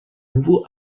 nouveau